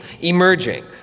emerging